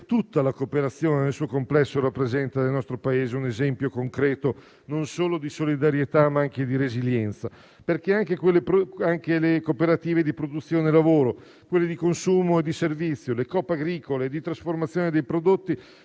tutta la cooperazione nel suo complesso rappresenta nel nostro Paese un esempio concreto non solo di solidarietà, ma anche di resilienza perché anche le cooperative di produzione e lavoro, quelle di consumo e di servizio, le coop agricole e di trasformazione dei prodotti